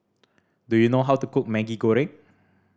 do you know how to cook Maggi Goreng